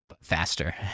Faster